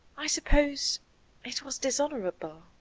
i suppose it was dishonourable,